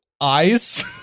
eyes